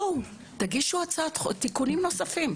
בואו תגישו תיקונים נוספים,